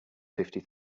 fifty